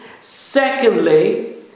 Secondly